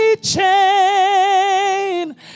chain